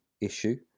issue